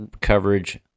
coverage